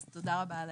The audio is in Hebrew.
הסרטון מדבר בעד עצמו.